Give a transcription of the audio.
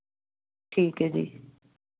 ਠੀਕ ਹੈ ਜੀ